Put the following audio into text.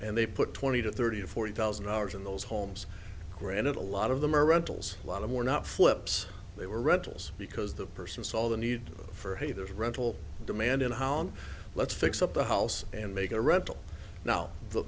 and they put twenty to thirty or forty thousand hours in those homes granted a lot of them are rentals a lot of were not flips they were rentals because the person saw the need for hey there's rental demand in home let's fix up the house and make a rental now the